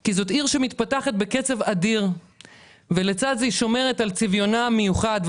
כי זאת עיר שמתפתחת בקצב אדיר ולצד זה היא שומרת על צביונה המיוחד,